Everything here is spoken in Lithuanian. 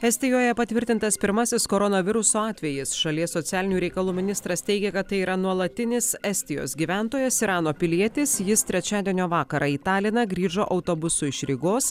estijoje patvirtintas pirmasis koronaviruso atvejis šalies socialinių reikalų ministras teigia kad tai yra nuolatinis estijos gyventojas irano pilietis jis trečiadienio vakarą į taliną grįžo autobusu iš rygos